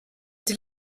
die